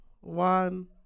one